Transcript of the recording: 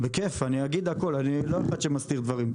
בכיף אני אגיד הכול, אני לא אחד שמסתיר דברים.